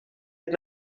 had